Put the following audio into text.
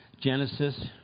Genesis